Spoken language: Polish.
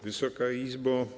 Wysoka Izbo!